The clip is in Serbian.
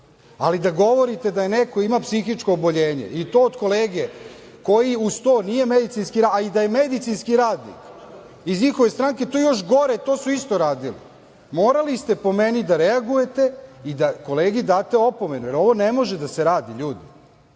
ali da govorite da neko ima psihičko oboljenje i to od kolege koji uz to nije medicinski radnik, a i da je medicinski radnik, iz njihove stranke, to je još gore, to su isto radili. Morali ste, po meni, da reagujete i da kolegi date opomenu. Ovo ne može da se radi.